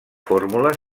fórmula